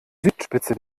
südspitze